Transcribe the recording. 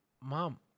Mom